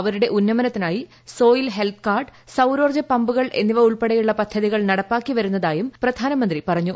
അവരുടെ ഉന്നമനത്തിനായി soil health card സൌരോർജ്ജ പമ്പുകൾ എന്നിവ ഉൾപ്പെടെയുള്ള പദ്ധതികൾ നടപ്പാക്കി വരുന്നതായും പ്രധാനമന്ത്രി പറഞ്ഞു